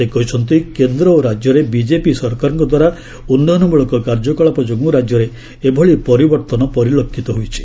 ସେ କହିଛନ୍ତି କେନ୍ଦ୍ର ଓ ରାଜ୍ୟରେ ବିକେପି ସରକାରଙ୍କଦ୍ୱାରା ଉନ୍ନୟନମଳକ କାର୍ଯ୍ୟକଳାପ ଯୋଗୁଁ ରାଜ୍ୟରେ ଏଭଳି ପରିବର୍ତ୍ତନ ପରିଲକ୍ଷିତ ହୋଇଛି